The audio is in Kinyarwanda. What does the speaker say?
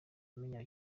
menya